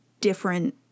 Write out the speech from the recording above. different